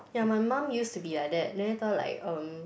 ya my mom used to be like that then later like um